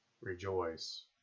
rejoice